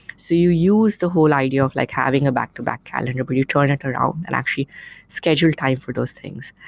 so you use the whole idea of like having a back-to-back calendar, but you turn it around and actually schedule time for those things.